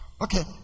Okay